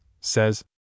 says